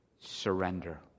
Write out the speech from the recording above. surrender